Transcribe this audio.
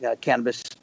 cannabis